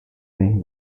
being